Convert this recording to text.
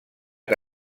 que